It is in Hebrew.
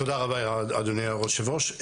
תודה רבה אדוני היושב ראש.